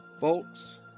Folks